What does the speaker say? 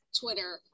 twitter